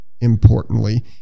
importantly